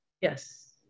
Yes